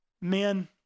Men